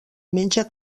menja